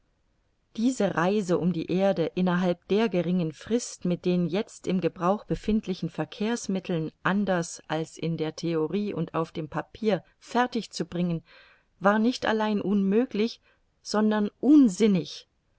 diese reise um die erde innerhalb der geringen frist mit den jetzt im gebrauch befindlichen verkehrsmitteln anders als in der theorie und auf dem papier fertig zu bringen war nicht allein unmöglich sondern unsinnig